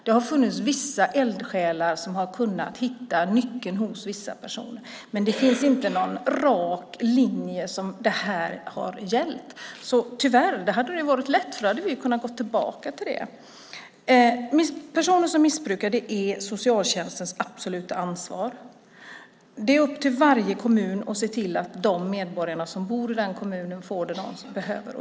Det har funnits vissa eldsjälar som har kunnat hitta nyckeln till vissa personer, men det finns tyvärr inte någon rak linje som har gällt. I så fall hade det varit lätt, för då hade vi kunnat gå tillbaka till det. Personer som missbrukar är socialtjänstens absoluta ansvar. Det är upp till varje kommun att se till att de medborgare som bor i kommunen får vad de behöver.